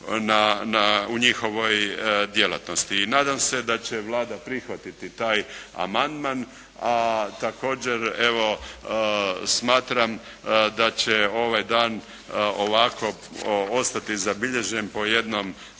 u njihovoj djelatnosti. I nadam se da će Vlada prihvatiti taj amandman, a također evo smatram da će ovaj dan ovako ostati zabilježen po jednom dobrom